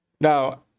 Now